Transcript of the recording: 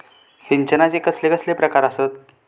सिंचनाचे कसले कसले प्रकार आसत?